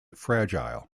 fragile